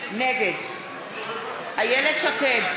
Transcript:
נגד איילת שקד,